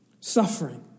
suffering